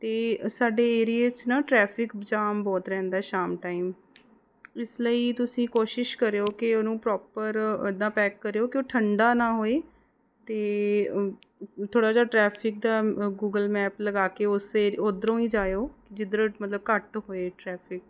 ਅਤੇ ਸਾਡੇ ਏਰੀਏ 'ਚ ਨਾ ਟਰੈਫਿਕ ਜਾਮ ਬਹੁਤ ਰਹਿੰਦਾ ਸ਼ਾਮ ਟਾਈਮ ਇਸ ਲਈ ਤੁਸੀਂ ਕੋਸ਼ਿਸ਼ ਕਰਿਓ ਕਿ ਉਹਨੂੰ ਪ੍ਰੋਪਰ ਇੱਦਾਂ ਪੈਕ ਕਰਿਓ ਕਿ ਉਹ ਠੰਡਾ ਨਾ ਹੋਏ ਅਤੇ ਥੋੜ੍ਹਾ ਜਿਹਾ ਟਰੈਫਿਕ ਦਾ ਗੂਗਲ ਮੈਪ ਲਗਾ ਕੇ ਉਸ ਏ ਉੱਧਰੋਂ ਹੀ ਜਾਇਓ ਜਿੱਧਰ ਮਤਲਬ ਘੱਟ ਹੋਏ ਟਰੈਫਿਕ